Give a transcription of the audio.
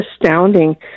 astounding